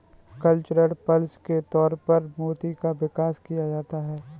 cultured pearls के तौर पर मोती का विकास किया जाता है